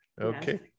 Okay